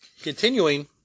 continuing